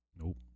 nope